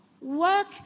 Work